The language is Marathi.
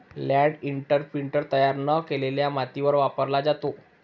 लँड इंप्रिंटर तयार न केलेल्या मातीवर वापरला जातो